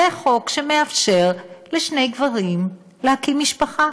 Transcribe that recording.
זה חוק שמאפשר לשני גברים להקים משפחה,